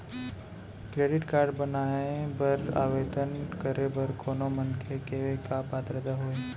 Credit card बनवाए बर आवेदन करे बर कोनो मनखे के का पात्रता होही?